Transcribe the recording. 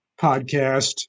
podcast